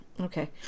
Okay